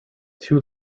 two